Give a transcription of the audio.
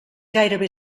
gairebé